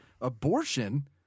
Abortion